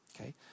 Okay